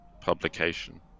publication